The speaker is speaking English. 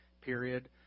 period